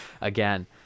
again